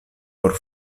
por